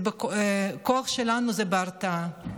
הכוח שלנו, זה בהרתעה.